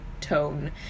tone